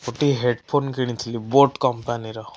ଗୋଟିଏ ହେଡ଼ଫୋନ୍ କିଣିଥିଲି ବୋଟ କମ୍ପାନୀର